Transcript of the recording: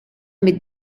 mid